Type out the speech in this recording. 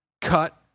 cut